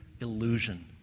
illusion